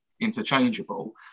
interchangeable